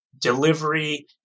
delivery